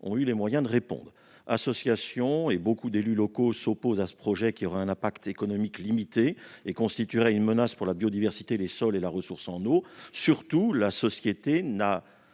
ont eu les moyens de répondre. Des associations et beaucoup d'élus locaux s'opposent à ce projet, qui aurait un impact économique limité et constituerait une menace pour la biodiversité, les sols et la ressource en eau. Surtout, la société n'a